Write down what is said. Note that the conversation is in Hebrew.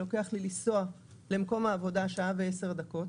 לוקח לי לנסוע למקום העבודה שעה ועשר דקות.